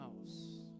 house